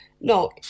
No